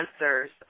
answers